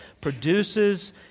produces